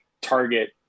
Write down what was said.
target